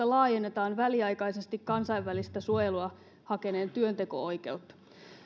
laajennetaan väliaikaisesti kansainvälistä suojelua hakeneen työnteko oikeutta